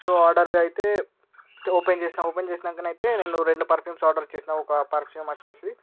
so ఆర్డరుగా అయితే open చేసినా ఓపెన్ చేసినాక అయితే రెండు రెండు పెర్ఫ్యూమ్స్ ఆర్డరు ఇచ్చేసిన ఒక పెర్ఫ్యూమ్ వచ్చేసి